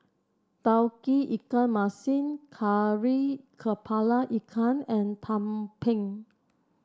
Tauge Ikan Masin Kari kepala Ikan and tumpeng